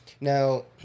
now